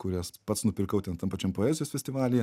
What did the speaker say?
kurias pats nupirkau ten tam pačiam poezijos festivalyje